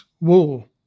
wool